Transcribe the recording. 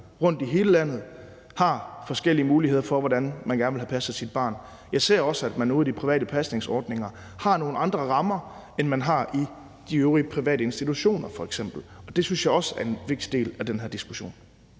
rundt i hele landet har forskellige muligheder for, hvordan man gerne vil have passet sit barn. Jeg ser også, at man ude i de private pasningsordninger har nogle andre rammer, end man har i de øvrigt private institutioner, f.eks., og det synes jeg også er en vigtig del af den her diskussion.